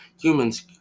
humans